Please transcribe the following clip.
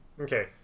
Okay